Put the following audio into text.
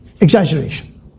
Exaggeration